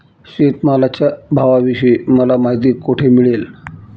शेतमालाच्या भावाविषयी मला माहिती कोठे मिळेल?